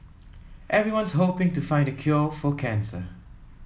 everyone's hoping to find the cure for cancer